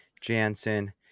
Jansen